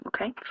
Okay